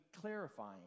clarifying